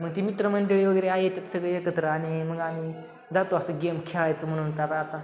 मग ती मित्रमंडळी वगैरे आहेत सगळे एकत्र आणि मग आणि जातो असं गेम खेळायचं म्हणून त्याला आता